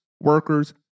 workers